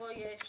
כשבתוכו יש